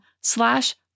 slash